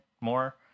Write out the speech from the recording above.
more